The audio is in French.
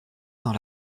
dans